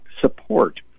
support